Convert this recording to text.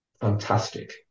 fantastic